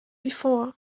before